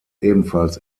ebenfalls